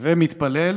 "הווי מתפלל